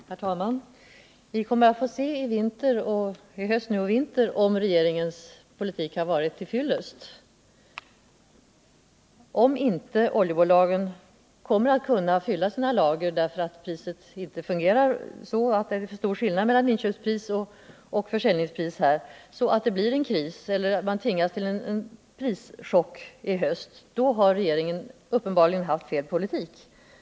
Herr talman! Vi kommer att få se i höst och i vinter om regeringens politik har varit till fyllest. Om inte oljebolagen kommer att fylla sina lager därför att " priset inte fungerar — därför att det är för stor skillnad mellan inköpspris och försäljningspris — så att det blir en kris eller så att man tvingas till en prischock i höst, då har regeringen uppenbarligen fört fel politik.